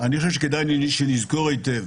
שנזכור היטב